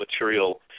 material